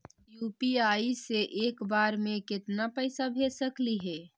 UPI से एक बार मे केतना पैसा भेज सकली हे?